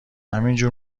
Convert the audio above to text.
همینجور